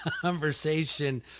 conversation